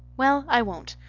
well, i won't.